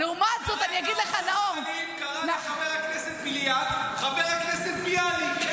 כרגע אושר שקלים קרא לחבר הכנסת בליאק חבר הכנסת ביאליק.